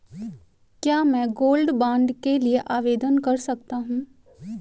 क्या मैं gold bond के लिए आवेदन कर सकता हूं?